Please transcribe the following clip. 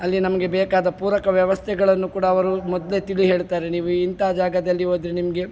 ಅಲ್ಲಿ ನಮಗೆ ಬೇಕಾದ ಪೂರಕ ವ್ಯವಸ್ಥೆಗಳನ್ನು ಕೂಡ ಅವರು ಮೊದಲೇ ತಿಳಿ ಹೇಳ್ತಾರೆ ನೀವಿಂಥ ಜಾಗದಲ್ಲಿ ಹೋದರೆ ನಿಮಗೆ